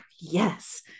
Yes